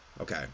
okay